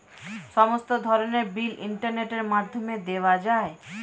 সমস্ত ধরনের বিল ইন্টারনেটের মাধ্যমে দেওয়া যায়